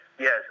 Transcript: yes